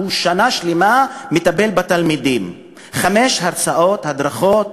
שנה שלמה הוא מטפל בתלמידים, 5. הרצאות, הדרכות,